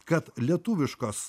kad lietuviškos